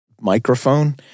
microphone